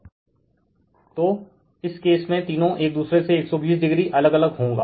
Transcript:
Refer Slide Time 0626 तो इस case में तीनो एक दुसरे से 120o अलग अलग होंगे